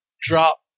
drop